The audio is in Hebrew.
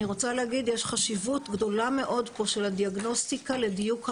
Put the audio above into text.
אני רוצה להגיד שיש פה חשיבות גדולה מאוד של הדיאגנוסטיקה לדיוק המענים,